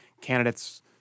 candidates